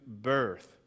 birth